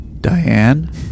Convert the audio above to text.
Diane